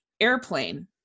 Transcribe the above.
Airplane